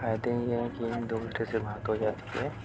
فائدے میں یہ ہے کہ سے بات ہو جاتی ہے